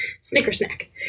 Snicker-snack